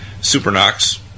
Supernox